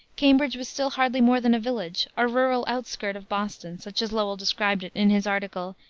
cambridge was still hardly more than a village, a rural outskirt of boston, such as lowell described it in his article,